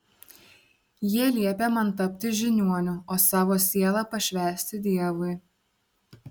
jie liepė man tapti žiniuoniu o savo sielą pašvęsti dievui